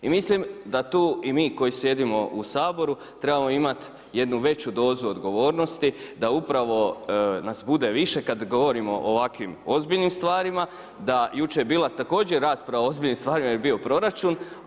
I mislim da tu i mi koji sjedimo u Saboru trebamo imati jednu veću dozu odgovornosti, da upravo nas bude više kad govorimo o ovakvim ozbiljnim stvarima, da jučer je bila također rasprava o ozbiljnim stvarima jer je bio proračun.